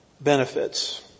benefits